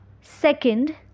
Second